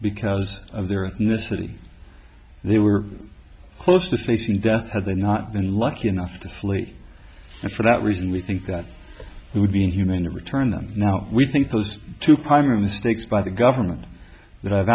because of their ethnicity they were close to facing death had they not been lucky enough to flee and for that reason we think that it would be inhumane to return them now we think those two primary mistakes by the government that i've